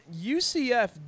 UCF